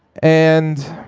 and